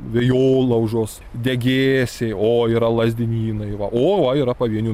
vėjolaužos degėsiai o yra lazdynynai va o va yra pavienių